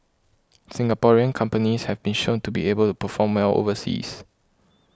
Singaporean companies have been shown to be able to perform well overseas